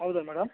ಹೌದ ಮೇಡಮ್